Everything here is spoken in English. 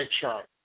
chart